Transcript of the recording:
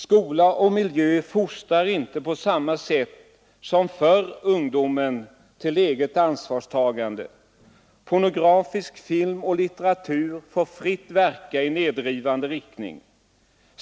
Skola och miljö fostrar inte på samma sätt som förr ungdomen till eget ansvarstagande. Pornografisk film och litteratur får fritt verka i nedrivande riktning.